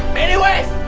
anyways,